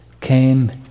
came